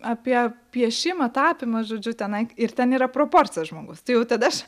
apie piešimą tapymą žodžiu tenai ir ten yra proporcijos žmogus tai jau tada aš